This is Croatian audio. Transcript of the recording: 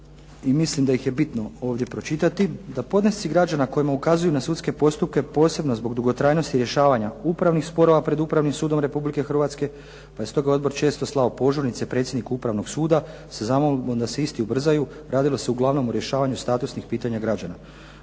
mislim da ih je bitno ovdje pročitati. Da podnesci građana kojima ukazuju na sudske postupke, posebno zbog dugotrajnosti rješavanja upravnih sporova pred Upravnim sudom Republike Hrvatske, pa je stoga odbor često slao požurnice predsjedniku Upravnog suda sa zamolbom da se isti ubrzaju. Radilo se uglavnom o rješavanju statusnih pitanja građana.